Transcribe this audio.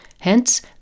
Hence